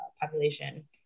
population